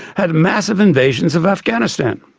had massive invasions of afghanistan.